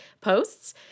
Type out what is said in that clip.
posts